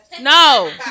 No